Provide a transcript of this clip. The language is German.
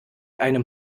einem